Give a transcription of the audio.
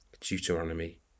deuteronomy